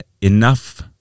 enough